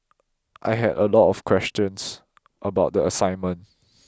I had a lot of questions about the assignment